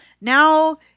Now